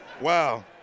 wow